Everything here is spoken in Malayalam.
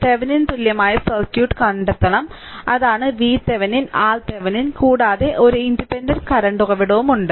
തെവെനിൻ തുല്യമായ സർക്യൂട്ട് കണ്ടെത്തണം അതാണ് VThevenin RThevenin കൂടാതെ ഒരു ഇൻഡിപെൻഡന്റ് കറന്റ് ഉറവിടം ഉണ്ട്